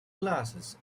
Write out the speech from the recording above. classes